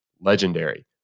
legendary